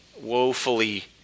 woefully